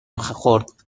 خورد